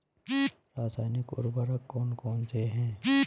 रासायनिक उर्वरक कौन कौनसे हैं?